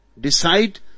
decide